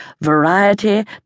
variety